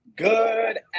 Good